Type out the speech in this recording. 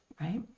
right